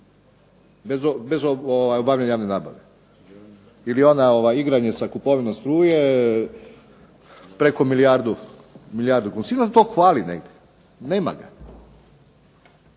bez obavljene javne nabave ili je ona igranje sa kupovinom struje preko milijardu. Sigurno to fali negdje, nema ga.